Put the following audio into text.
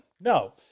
No